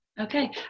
Okay